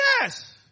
Yes